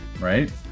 right